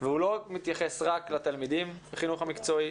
והוא לא מתייחס רק לתלמידים בחינוך המקצועי,